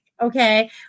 okay